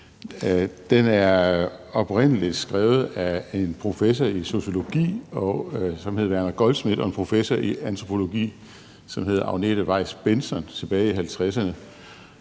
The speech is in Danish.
Den er oprindelig skrevet af en professor i sociologi, som hed Verner Goldschmidt, og en professor i antropologi, som hed Agnete Weis Bentzon, tilbage i 1950'erne.